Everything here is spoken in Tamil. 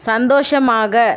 சந்தோஷமாக